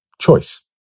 choice